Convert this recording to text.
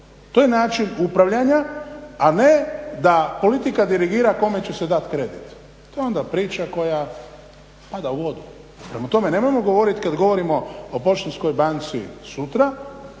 To je način upravljanja, a ne da politika dirigira kome će se dati kredit. To je onda priča koja pada u vodu. Prema tome, nemojmo govorit kad govorimo o Poštanskoj banci sutra